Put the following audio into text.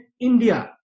India